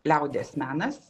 liaudies menas